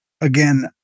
again